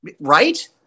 Right